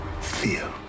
Fear